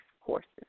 courses